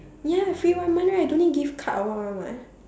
ya free one month right don't need give card or what one [what]